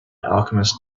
alchemist